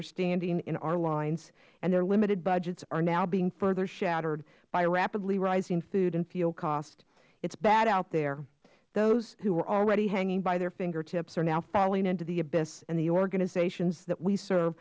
are standing in our lines and their limited budgets are now being further shattered by rapidly rising food and fuel costs it is bad out there those who were already hanging by their fingertips are now falling into the abyss and the organizations that we serve